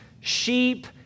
sheep